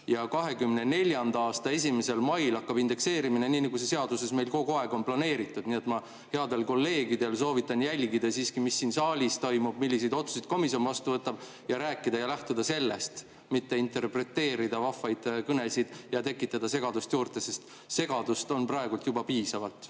Ja 2024. aasta 1. mail hakkab indekseerimine, nii nagu see seaduses meil kogu aeg on planeeritud. Nii et ma soovitan headel kolleegidel jälgida siiski, mis siin saalis toimub, milliseid otsuseid komisjon vastu võtab, ning rääkida ja lähtuda sellest, mitte interpreteerida vahvaid kõnesid ja tekitada segadust juurde, sest segadust on praegu juba piisavalt.